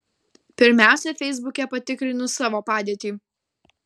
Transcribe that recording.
pirmiausia feisbuke patikrinu savo padėtį